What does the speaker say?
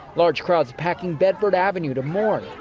large crowds packing bedford avenue to mourn,